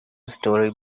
storey